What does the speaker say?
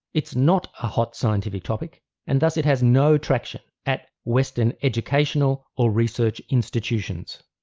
it is not a hot scientific topic and thus it has no traction at western educational or research institutions.